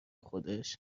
خودش